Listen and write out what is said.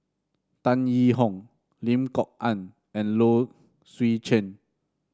Tan Yee Hong Lim Kok Ann and Low Swee Chen